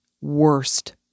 worst